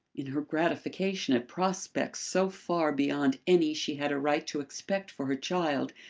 in her gratification at prospects so far beyond any she had a right to expect for her child,